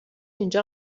اینجا